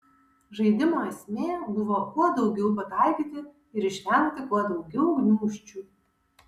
žaidimo esmė buvo kuo daugiau pataikyti ir išvengti kuo daugiau gniūžčių